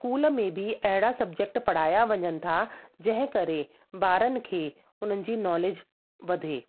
school में बि अहिड़ा सब्जेक्ट पढ़ाया वञनि था जंहिं करे बारनि खे उन्हनि जी नॉलेज वधे